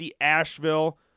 Asheville